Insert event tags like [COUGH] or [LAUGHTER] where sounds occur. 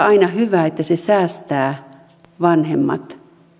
[UNINTELLIGIBLE] aina hyvä että se säästää vanhemmat